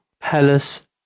Palace